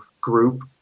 group